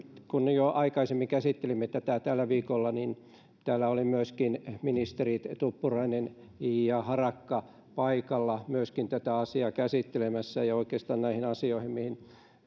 kun jo aikaisemmin käsittelimme tätä tällä viikolla niin täällä olivat myöskin ministerit tuppurainen ja harakka paikalla tätä asiaa käsittelemässä ja oikeastaan näihin asioihin mihin